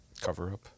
cover-up